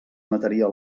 mataria